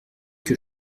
que